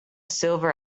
silver